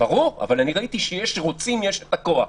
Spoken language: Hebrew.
ברור, אבל אני ראיתי שכשרוצים יש את הכוח.